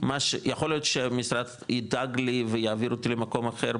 יכול להיות שהמשרד ידאג לי ויעביר אותי למקום אחר,